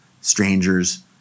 strangers